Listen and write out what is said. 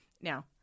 now